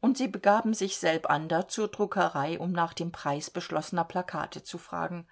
und sie begaben sich selbander zur druckerei um nach dem preis beschlossener plakate zu fragen